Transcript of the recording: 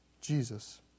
Jesus